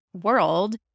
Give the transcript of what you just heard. world